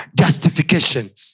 justifications